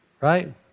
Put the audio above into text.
right